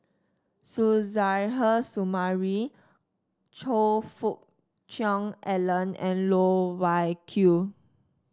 Suzairhe Sumari Choe Fook Cheong Alan and Loh Wai Kiew